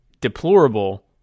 deplorable